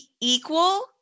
equal